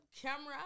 camera